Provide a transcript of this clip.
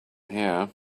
here